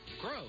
grow